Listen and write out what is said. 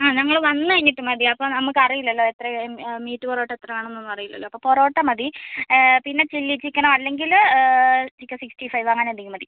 ആ ഞങ്ങള് വന്ന് കഴിഞ്ഞിട്ട് മതി അപ്പം നമുക്കറിയില്ലല്ലൊ എത്രേം മീറ്റ് പൊറോട്ട എത്ര വേണമെന്നൊന്നും അറിയില്ലല്ലോ അപ്പ പൊറോട്ട മതി പിന്നെ ചില്ലി ചിക്കനോ അല്ലെങ്കില് ചിക്കൻ സിക്സ്റ്റി ഫൈവ് അങ്ങനെന്തെങ്കിലും മതി